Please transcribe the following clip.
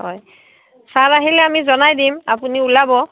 হয় ছাৰ আহিলে আমি জনাই দিম আপুনি ওলাব